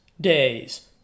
days